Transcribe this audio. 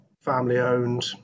family-owned